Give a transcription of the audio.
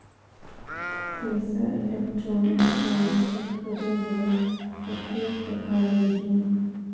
पैसा electronic transfer करय लेल कतेक टका लेबही